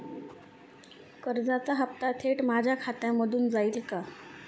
कर्जाचा हप्ता थेट माझ्या खात्यामधून जाईल का?